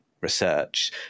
research